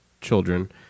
children